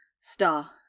star